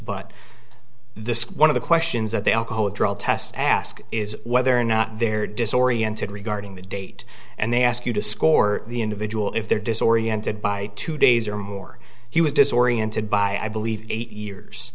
but this one of the questions that they are drug tests ask is whether or not they're disoriented regarding the date and they ask you to score the individual if they're disoriented by two days or more he was disoriented by i believe eight years